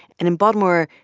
and in baltimore,